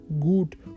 good